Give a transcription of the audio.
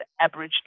aboriginal